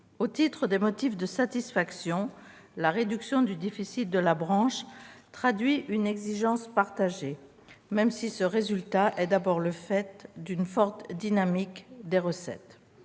Au titre des motifs de satisfaction, la réduction du déficit de la branche traduit une exigence partagée, même si ce résultat est d'abord le fait d'une forte dynamique des recettes.